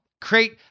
create